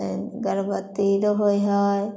गर्भबत्ती रहै हइ